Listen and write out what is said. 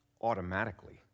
automatically